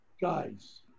guys